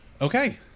Okay